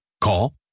Call